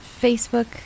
Facebook